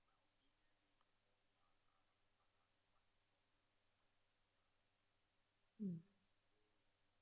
mm